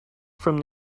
from